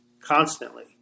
constantly